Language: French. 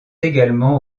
également